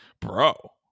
bro